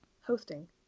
hosting